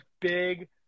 big